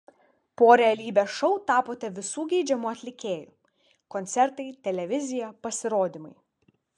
po realybės šou tapote visų geidžiamu atlikėju koncertai televizija pasirodymai